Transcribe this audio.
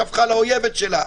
שהפכה לאויבת שלהם.